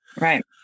Right